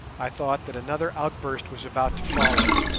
i thought that another outburst was about to follow,